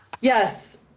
yes